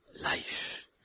life